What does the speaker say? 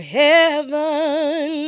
heaven